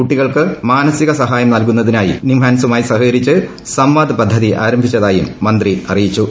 കുട്ടികൾക്ക് മാനസിക സഹായം നൽകുന്നതിനായി നിംഹാൻസുമായി സഹകരിച്ച് സംവാദ് പദ്ധതി ആരംഭിച്ചതായും മന്ത്രി അറിയിച്ചു